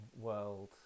world